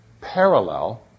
parallel